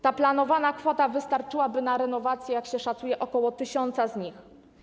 Ta planowana kwota wystarczyłaby na renowację, jak się szacuje, ok. 1 tys. z nich.